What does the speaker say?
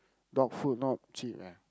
dog food not cheap eh